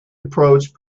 approach